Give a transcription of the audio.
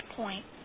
point